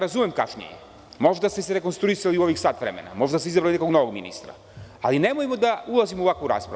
Razumem kašnjenje, možda ste se rekonstruisali u ovih sat vremena, možda ste izabrali nekog novog ministra, ali nemojmo da ulazimo u ovakvu raspravu.